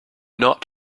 not